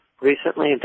recently